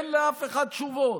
אין לאף אחד תשובות.